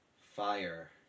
fire